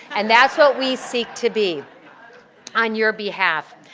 and that's what we seek to be on your behalf.